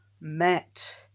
met